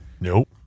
Nope